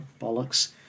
bollocks